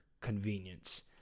convenience